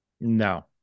No